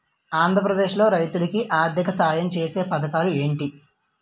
ఆంధ్రప్రదేశ్ లో రైతులు కి ఆర్థిక సాయం ఛేసే పథకాలు ఏంటి?